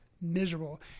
miserable